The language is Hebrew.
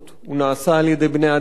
הוא נעשה על-ידי בני-אדם.